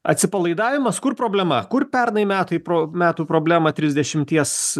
atsipalaidavimas kur problema kur pernai metai pro metų problemą trisdešimties